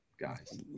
guys